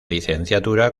licenciatura